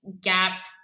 gap